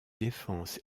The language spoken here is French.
défenses